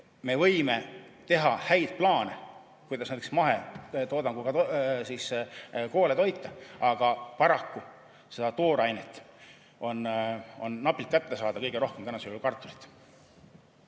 me võime teha häid plaane, kuidas näiteks mahetoodanguga koole toita, aga paraku seda toorainet on napilt saada, kõige rohkem napib kartulit.